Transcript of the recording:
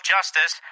Justice